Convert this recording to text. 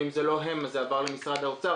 ואם זה לא הם אז זה עבר למשרד האוצר.